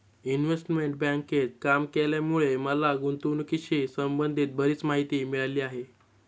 investment बँकेत काम केल्यामुळे मला गुंतवणुकीशी संबंधित बरीच माहिती मिळाली आहे